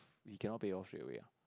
he cannot pay off straight away ah